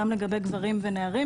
גם לגבי גברים ונערים,